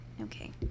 okay